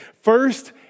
First